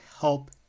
help